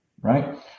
Right